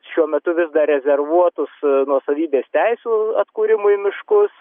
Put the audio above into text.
šiuo metu vis dar rezervuotus nuosavybės teisių atkūrimui miškus